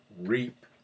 reap